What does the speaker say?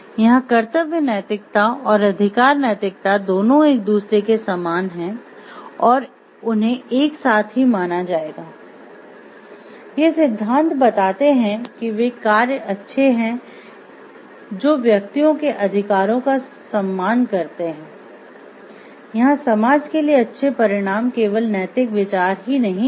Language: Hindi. यहाँ कर्तव्य नैतिकता और अधिकार नैतिकता दोनों एक दूसरे के समान हैं और उन्हें एक साथ ही माना जाएगा ये सिद्धांत बतातें है हैं कि वे कार्य अच्छे हैं जो व्यक्तियों के अधिकारों का सम्मान करते हैं यहां समाज के लिए अच्छे परिणाम केवल नैतिक विचार ही नहीं हैं